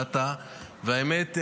האמת,